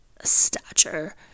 stature